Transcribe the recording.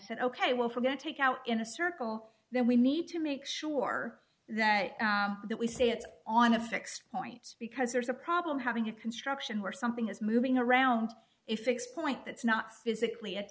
said ok well forget take out in a circle then we need to make sure that that we say it's on a fixed point because there's a problem having a construction where something is moving around a fixed point that's not physically